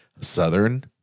Southern